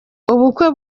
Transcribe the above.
ubukwe